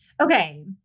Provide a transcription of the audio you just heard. Okay